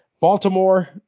Baltimore